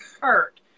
hurt